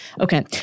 Okay